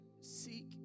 seek